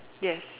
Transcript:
yes